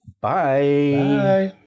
Bye